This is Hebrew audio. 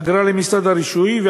אגרה למשרד הרישוי,